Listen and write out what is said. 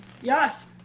Yes